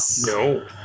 no